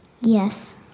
Yes